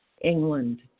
England